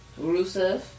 Rusev